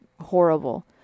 horrible